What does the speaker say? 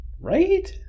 Right